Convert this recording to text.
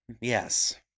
Yes